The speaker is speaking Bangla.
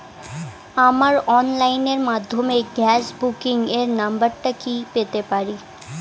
আমার অনলাইনের মাধ্যমে গ্যাস বুকিং এর নাম্বারটা কি পেতে পারি?